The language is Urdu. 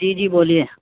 جی جی بولیے